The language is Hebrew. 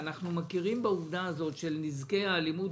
אנחנו מכירים בעובדה הזאת של נזקי האלימות